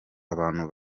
abantu